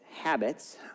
habits